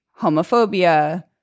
homophobia